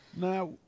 Now